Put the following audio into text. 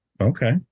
Okay